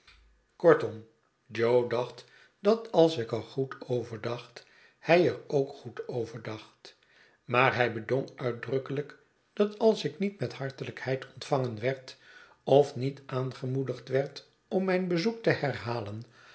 kortom jo dacbt dat als ik er goed over dacht hij er ook goed over dacht maar hij bedong uitdrukkelijk dat als ik niet met hartelijkheid ontvangen werd of niet aangemoedigd werd om mijn bezoek te herhalen